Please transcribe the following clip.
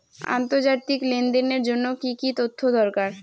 আন্তর্জাতিক লেনদেনের জন্য কি কি তথ্য দরকার?